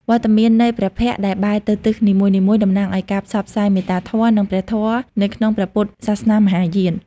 វត្តមាននៃព្រះភ័ក្ត្រដែលបែរទៅទិសនីមួយៗ តំណាងឱ្យការផ្សព្វផ្សាយមេត្តាធម៌ និងព្រះធម៌នៅក្នុងព្រះពុទ្ធសាសនាមហាយាន។